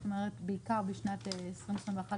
זאת אומרת בעיקר בשנת 2021-2022,